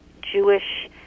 Jewish